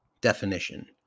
Definition